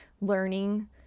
learning